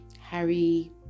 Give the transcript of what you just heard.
Harry